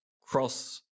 cross